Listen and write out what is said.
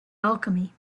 alchemy